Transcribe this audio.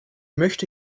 möchte